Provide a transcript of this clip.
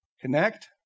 Connect